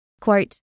Quote